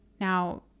Now